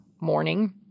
morning